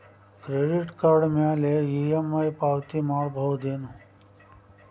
Credit card ಮ್ಯಾಲೆ EMI ಪಾವತಿ ಮಾಡ್ಬಹುದೇನು?